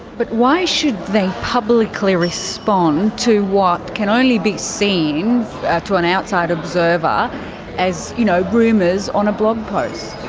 but why should they publicly respond to what can only be seen to an outside observer as, you know, rumours on a blog post?